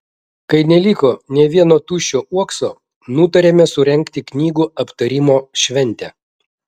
kai neliko nė vieno tuščio uokso nutarėme surengti knygų aptarimo šventę